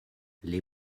les